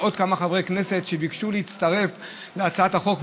ולפני עוד כמה חברי כנסת שביקשו להצטרף להצעת החוק.